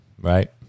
right